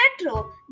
metro